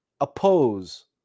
oppose